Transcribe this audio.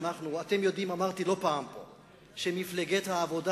אמרתי פה לא פעם אחת שמפלגת העבודה